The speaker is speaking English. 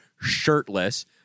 shirtless